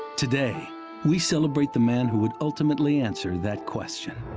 today we celebrate the man who would ultimately answer that question